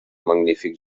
magnífic